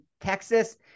Texas